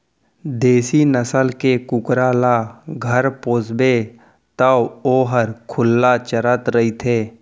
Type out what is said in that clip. देसी नसल के कुकरा ल घर पोसबे तौ वोहर खुल्ला चरत रइथे